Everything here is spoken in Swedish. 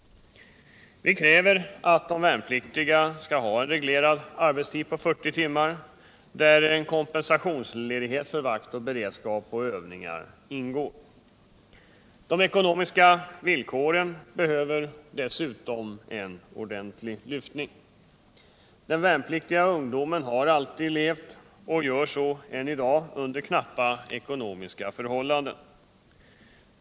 Vi kräver att de värnpliktiga skall ha en reglerad arbetstid på 40 timmar där kompensationsledighet för vakt, beredskap och övningar ingår. De ekonomiska villkoren behöver dessutom en ordentlig lyftning. Den värnpliktiga ungdomen har alltid levt — och gör så än i dag - under knappa ekonomiska förhållanden.